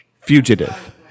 Fugitive